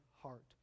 heart